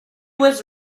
was